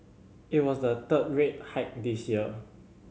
it was the third rate hike this year